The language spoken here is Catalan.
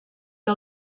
que